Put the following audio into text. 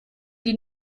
die